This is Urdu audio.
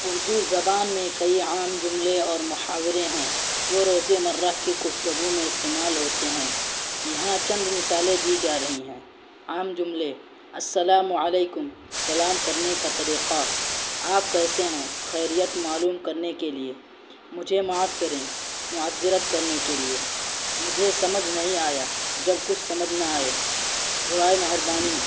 اردو زبان میں کئی عام جملے اور محاورے ہیں جو روزمرہ کی گفتگو میں استعمال ہوتے ہیں یہاں چند مثالیں دی جا رہی ہیں عام جملے السلام علیکم سلام کرنے کا طریقہ آپ کیسے ہیں خیریت معلوم کرنے کے لیے مجھے معاف کریں معذرت کرنے کے لیے مجھے سمجھ نہیں آیا جب کچھ سمجھ نہ آئے برائے مہربانی